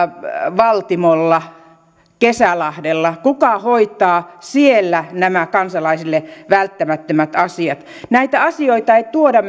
valtimolla kesälahdella kuka hoitaa siellä nämä kansalaisille välttämättömät asiat näitä asioita ei tuoda